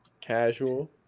casual